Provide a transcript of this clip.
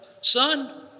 Son